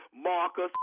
Marcus